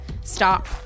stop